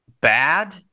bad